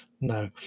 No